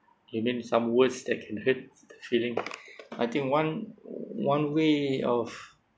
you mean some words that can hurt the feeling I think one one way of